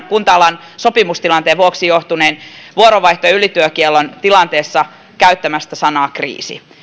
kunta alan sopimustilanteesta johtuneessa vuoronvaihto ja ylityökiellon tilanteessa käyttämästä sanaa kriisi